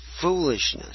foolishness